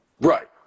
Right